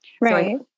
Right